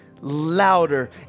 louder